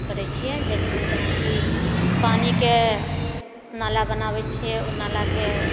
करैत छिऐ जेनाकि पानिके नाला बनाबै छिऐ ओइ नालाके